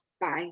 bye